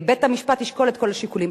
בית-המשפט ישקול את כל השיקולים.